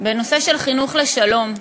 בנושא של חינוך לשלום,